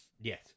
Yes